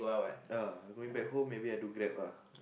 uh I going back home maybe I do Grab ah